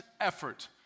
effort